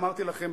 אמרתי לכם,